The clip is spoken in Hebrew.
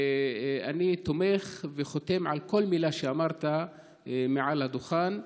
אני תומך וחותם על כל מילה שאמרת מעל הדוכן,